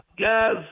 Guys